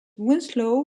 winslow